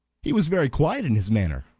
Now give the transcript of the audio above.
he was very quiet in his manner,